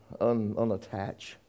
unattach